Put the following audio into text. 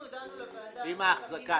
עם האחזקה,